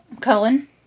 Cullen